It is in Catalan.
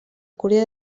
corea